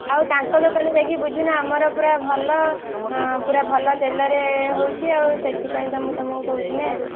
ଆଉ ତାଙ୍କ ଦୋକାନ ଯାଇ ବୁଝୁନ ଆମର ପୁରା ଭଲ ପୁରା ଭଲ ତେଲରେ ହଉଛି ଆଉ ସେଥିପାଇଁ ତ ମୁଁ ତମକୁ କହୁଛି ନା